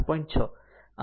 6